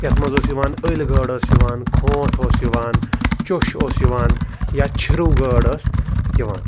یَتھ منٛز اوس یِوان ألۍ گاڈ ٲسۍ یِوان کھونٛٹھ اوس یِوان چوٚش اوس یِوان یا چھِرُو گاڈ ٲس یِوان